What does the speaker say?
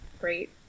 great